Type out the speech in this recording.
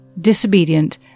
Disobedient